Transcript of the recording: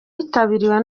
witabiriwe